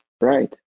right